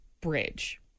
bridge